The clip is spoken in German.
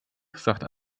sagt